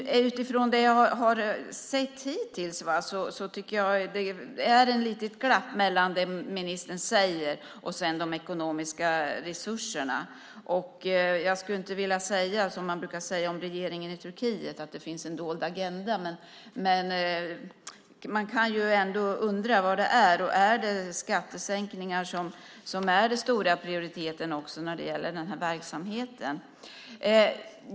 Utifrån det jag har sett hittills är det ett litet glapp mellan det ministern säger och de ekonomiska resurserna. Jag skulle inte vilja säga som man brukar säga om regeringen i Turkiet att det finns en dold agenda. Men man kan ändå undra vad det är. Är det skattesänkningar som är den stora prioriteten också när det gäller den här verksamheten?